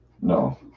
no